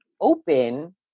open